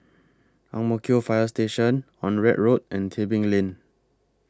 Ang Mo Kio Fire Station Onraet Road and Tebing Lane